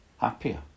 happier